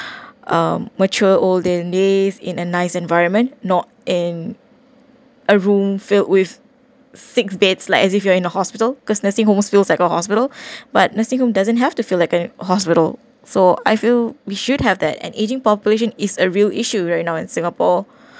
um mature olden days in a nice environment not in a room filled with thick beds like as if you are in the hospital because nursing homes feels like a hospital but nursing home doesn't have to feel like a hospital so I feel we should have that an ageing population is a real issue right now in singapore